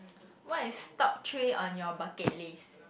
what is top three on your bucket list